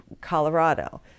Colorado